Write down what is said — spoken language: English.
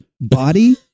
body